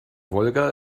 wolga